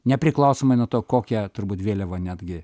nepriklausomai nuo to kokią turbūt vėliavą netgi